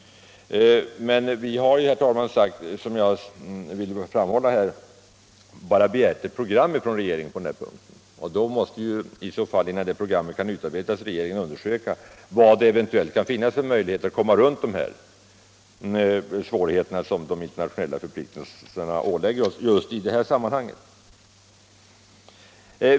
Men vi har, herr talman, bara begärt ett program från regeringen på den här punkten. Då måste regeringen, innan det programmet kan utarbetas, undersöka vilka möjligheter som kan finnas att komma runt de svårigheter som de internationella förpliktelserna medför just i detta sammanhang.